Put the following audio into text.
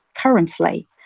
currently